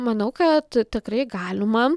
manau kad tikrai galima